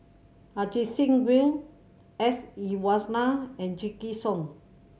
Ajit Singh Gill S Iswaran and Song